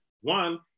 One